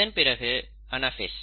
இதன் பிறகு அனாஃபேஸ்